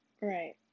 Right